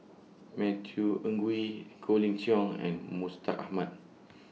Matthew Ngui Colin Cheong and Mustaq Ahmad